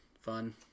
fun